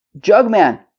Jugman